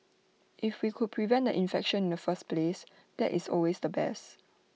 if we could prevent the infection in the first place that is always the best